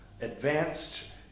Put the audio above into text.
advanced